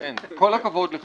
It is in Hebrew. כל הכבוד לך.